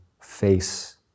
face